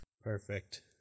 perfect